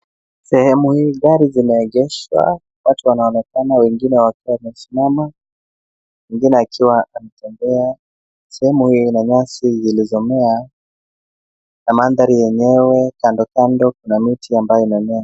Sehemu hii gari zinaegeshwa watu wanaonekana wengine wakiwa wamesimama wengine wakiwa wanatembea sehemu hii ina nyasi zilizomea na mandhari yenyewe kando kando kuna miti ambayo inamea.